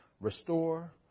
restore